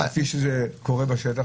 כפי שקורה בשטח,